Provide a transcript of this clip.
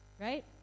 right